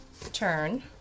turn